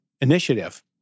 initiative